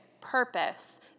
purpose